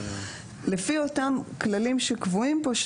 לפי אותם כללים שקבועים פה,